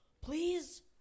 please